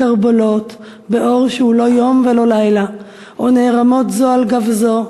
כרבולות באור / שהוא לא יום ולא לילה/ או נערמות זו על גב זו,